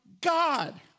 God